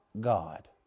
God